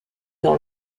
dans